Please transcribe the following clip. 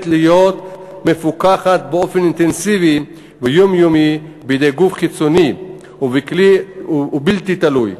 להיות מפוקחת באופן אינטנסיבי ויומיומי בידי גוף חיצוני ובלתי תלוי,